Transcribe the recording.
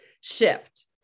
shift